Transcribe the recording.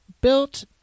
built